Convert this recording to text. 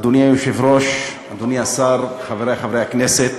אדוני היושב-ראש, אדוני השר, חברי חברי הכנסת,